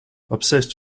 obsessed